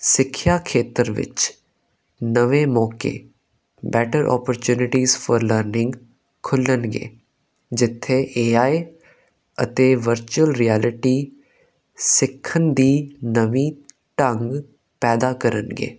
ਸਿੱਖਿਆ ਖੇਤਰ ਵਿੱਚ ਨਵੇਂ ਮੌਕੇ ਬੈਟਰ ਓਪਰਚੂਨਿਟੀਸ ਫੋਰ ਲਰਨਿੰਗ ਖੁੱਲ੍ਹਣਗੇ ਜਿੱਥੇ ਏ ਆਏ ਅਤੇ ਵਰਚੁਅਲ ਰਿਐਲਿਟੀ ਸਿੱਖਣ ਦੇ ਨਵੇਂ ਢੰਗ ਪੈਦਾ ਕਰਨਗੇ